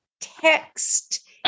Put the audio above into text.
text